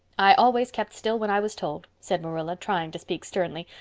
i always kept still when i was told, said marilla, trying to speak sternly,